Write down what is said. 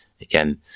again